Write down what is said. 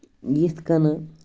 یِتھ کنۍ